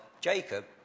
Jacob